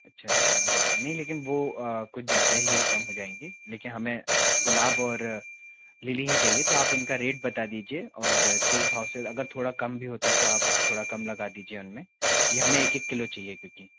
अच्छा अच्छा नहीं लेकिन वो कुछ ज़्यादा ही कम हो जाएँगे लेकिन हमें गुलाब और लिली ही चाहिए तो आप इनका रेट बता दीजिए और किस भाव से अगर थोड़ा कम भी होता तो आप थोड़ा कम लगा दीजिए उनमें ये हमें एक एक किलो चाहिए क्योंकि